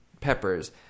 peppers